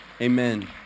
Amen